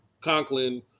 Conklin